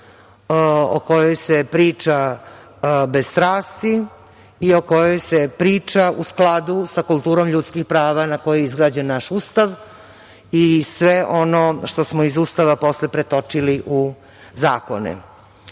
o kojoj se priča bez strasti i o kojoj se priča u skladu sa kulturom ljudskih prava na kojoj je izgrađen naš Ustav i sve ono što smo iz Ustava posle pretočili u zakone. Ono